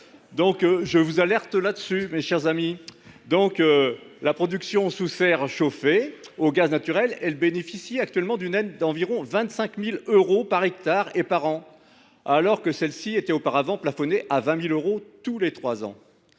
! Je vous aurai alertés, chers amis. La production sous serre chauffée au gaz naturel bénéficie actuellement d’une aide d’environ 25 000 euros par hectare et par an, alors que celle ci était auparavant plafonnée à 20 000 euros tous les trois ans.